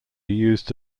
used